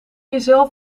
jezelf